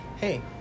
hey